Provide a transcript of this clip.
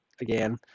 again